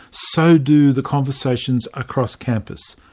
so do the conversations across campus.